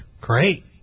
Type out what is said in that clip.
Great